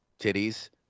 titties